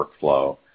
workflow